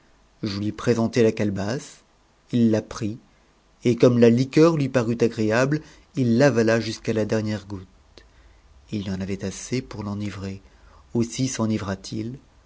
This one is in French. je lui présentai la calebasse it la prit et ommc la liqueur lui parut agréable il l'avala jusqu'à la dernière goutte il y en avait assez pour l'enivrer aussi